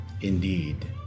Indeed